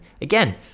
again